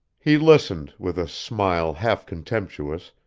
he listened, with a smile half contemptuous,